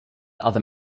other